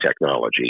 technology